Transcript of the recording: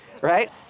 Right